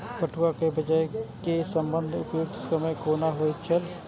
पटुआ केय बेचय केय सबसं उपयुक्त समय कोन होय छल?